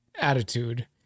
attitude